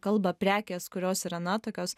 kalbą prekės kurios yra na tokios